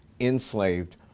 enslaved